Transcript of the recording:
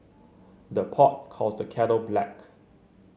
the pot calls the kettle black